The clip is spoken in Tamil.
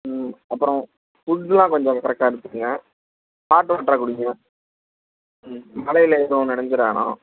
ம் அப்புறம் ஃபுட்லாம் கொஞ்சம் கரெக்டாக எடுத்துக்கங்க ஹாட் வாட்டரா குடிங்க ம் மழையில் எதுவும் நனைஞ்சிர வேணாம்